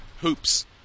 hoops